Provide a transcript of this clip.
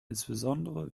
insbesondere